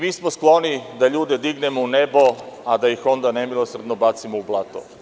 Mi smo skloni da ljude dignemo u nebo, a da ih onda nemilosrdno bacimo u blato.